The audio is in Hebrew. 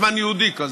זמן ייעודי כזה.